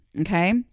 Okay